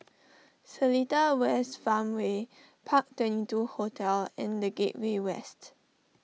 Seletar West Farmway Park Twenty two Hotel and the Gateway West